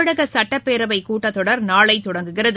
தமிழகசட்டப்பேரவைக் கூட்டத்தொடர் நாளைதொடங்குகிறது